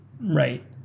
Right